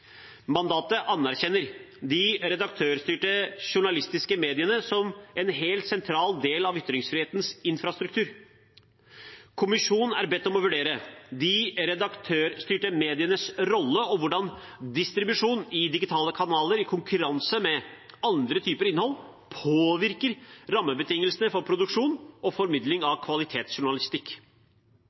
Mandatet anerkjenner de redaktørstyrte journalistiske mediene som en helt sentral del av ytringsfrihetens infrastruktur. Kommisjonen er bedt om å vurdere de redaktørstyrte medienes rolle, og hvordan distribusjon i digitale kanaler i konkurranse med andre typer innhold påvirker rammebetingelsene for produksjon og formidling av kvalitetsjournalistikk.